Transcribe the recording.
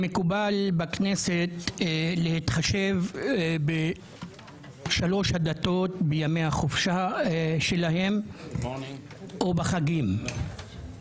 מקובל בכנסת להתחשב בשלוש הדתות בימי החופשה שלהן או בחגים.